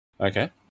Okay